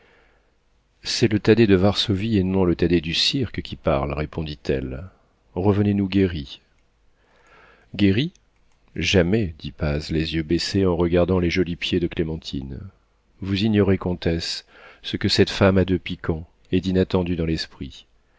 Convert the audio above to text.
c'est le thaddée de varsovie et non le thaddée du cirque qui parle répondit-elle revenez nous guéri guéri jamais dit paz les yeux baissés en regardant les jolis pieds de clémentine vous ignorez comtesse ce que cette femme a de piquant et d'inattendu dans l'esprit